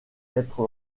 être